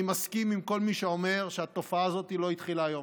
אני מסכים עם כל מי שאומר שהתופעה הזאת לא התחילה היום.